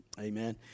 Amen